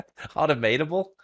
Automatable